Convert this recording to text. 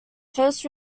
first